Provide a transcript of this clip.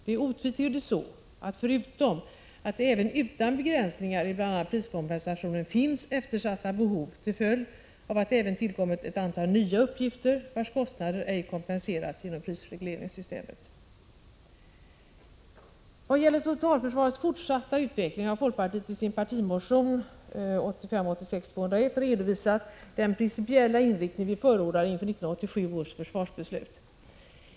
Det är otvivelaktigt så, att det, även utan begränsningar i bl.a. priskompensationen, finns eftersatta behov till följd av att det också tillkommit ett antal nya uppgifter, vilkas kostnader ej kompenserats genom prisregleringssystemet. I vad gäller totalförsvarets fortsatta utveckling har folkpartiet i sin partimotion 1985/86:Fö201 redovisat den principiella inriktning vi förordar inför 1987 års försvarsbeslut.